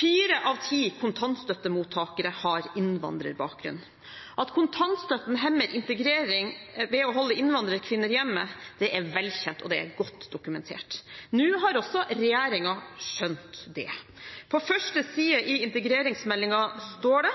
Fire av ti kontantstøttemottakere har innvandrerbakgrunn. At kontantstøtten hemmer integrering ved å holde innvandrerkvinner hjemme, er velkjent og godt dokumentert. Nå har også regjeringen skjønt det. På første side i integreringsmeldingen står det: